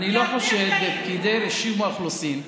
אני לא חושד בפקידי רישום האוכלוסין,